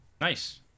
Nice